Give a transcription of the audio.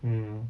mm